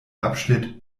abschnitt